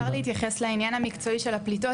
אפשר להתייחס לעניין המקצועי של הפליטות?